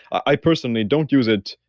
i personally don't use it,